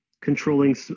controlling